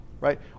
right